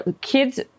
kids